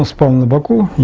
upon the but